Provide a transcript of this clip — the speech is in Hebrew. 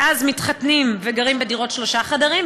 ואז מתחתנים וגרים בדירות שלושה חדרים,